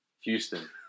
Houston